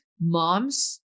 moms